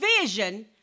vision